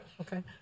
Okay